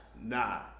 Nah